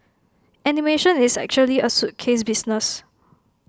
animation is actually A suitcase business